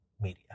media